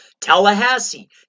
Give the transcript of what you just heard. Tallahassee